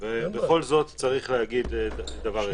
ובכל זאת צריך להגיד דבר אחד.